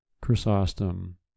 Chrysostom